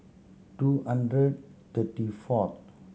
two hundred thirty fourth